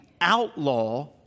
outlaw